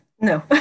No